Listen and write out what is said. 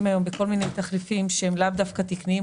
היום בכל מיני תחליפים שהם לאו דווקא תקניים,